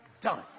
done